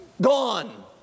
gone